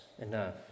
enough